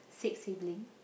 six sibling